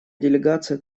делегация